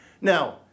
Now